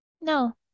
No